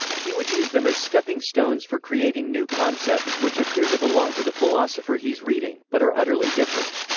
he would use them as stepping stones for creating new concepts which appear to belong to the philosopher he's reading, but are utterly different.